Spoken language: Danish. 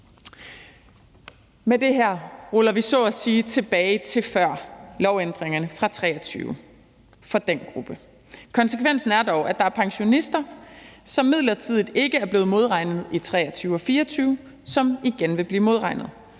Med det her ruller vi det så at sige tilbage til før lovændringerne fra 2023 for den gruppe. Konsekvensen er dog, at der er pensionister, som midlertidigt ikke er blevet modregnet i 2023 og 2024, som igen vil blive modregnet.